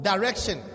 Direction